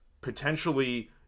potentially